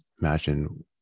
imagine